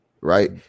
right